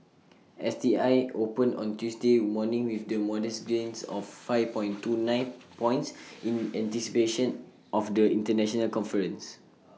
S T I opened on Tuesday morning with modest gains of five point two nine points in anticipation of the International conference